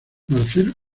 marcelo